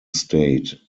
state